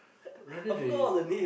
rather there is